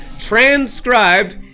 transcribed